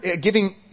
giving